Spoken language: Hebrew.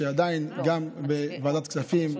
שעדיין גם בוועדת כספים,